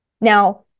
Now